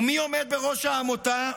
ומי עומד בראש העמותה?